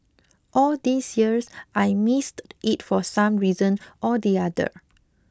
all these years I missed it for some reason or the other